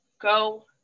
go